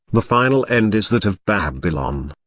the final end is that of babylon.